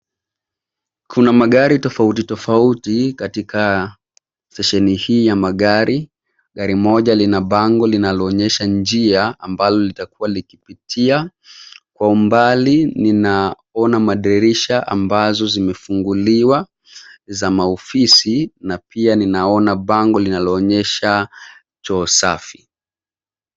KUNA MAGARI TOFAUTI TOFAUTI KATIKA STESHENI HII YA MAGARI. GARI MOJA LINA BANGO LINALOONYESHA NJIA AMBALO LITAKUA LIKIPITIA. KWA UMBALI NINAONA MADIRISHA AMBAZO ZIMEFUNGULIWA ZA MAOFISI NA PIA NINAONA MBANGO LINALOONYESHA CHOO SAFI.